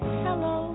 hello